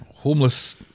Homeless